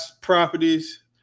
properties